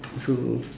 so